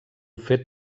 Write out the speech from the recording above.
fet